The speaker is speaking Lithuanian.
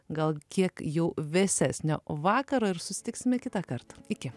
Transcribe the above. gal kiek jau vėsesnio vakaro ir susitiksime kitą kartą iki